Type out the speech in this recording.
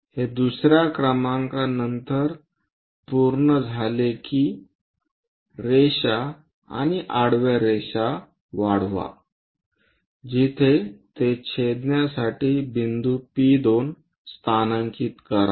हे दुसर्या क्रमांका नंतर पूर्ण झाले की रेषा आणि आडव्या रेषा वाढवा जिथे ते छेदण्यासाठी बिंदू P2 स्थानांकित करा